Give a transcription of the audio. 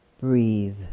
Breathe